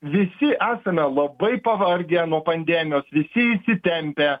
visi esame labai pavargę nuo pandemijos visi įsitempę